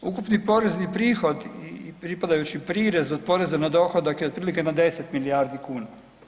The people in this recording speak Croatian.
Ukupni porezni prihod i pripadajući prirez od poreza na dohodak je otprilike na 10 milijardi kuna.